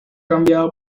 cambiado